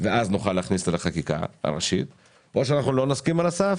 ואז נוכל להכניס לחקיקה הראשית או שלא נסכים על הסף